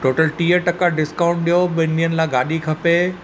total टीह टका discount ॾियो ॿिनि ॾींहंनि लाइ गाॾी खपे